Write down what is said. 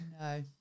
No